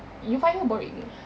you find her boring